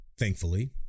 thankfully